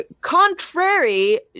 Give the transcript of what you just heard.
contrary